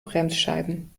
bremsscheiben